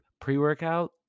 pre-workout